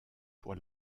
pour